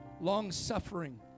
long-suffering